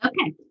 Okay